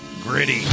gritty